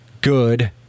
good